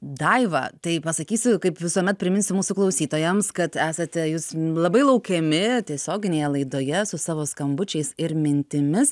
daiva tai pasakysiu kaip visuomet priminsiu mūsų klausytojams kad esate jūs labai laukiami tiesioginėje laidoje su savo skambučiais ir mintimis